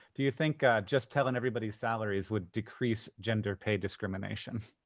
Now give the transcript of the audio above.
do you think just telling everybody's salaries would decrease gender pay discrimination?